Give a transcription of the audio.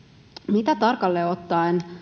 mitä tarkalleen ottaen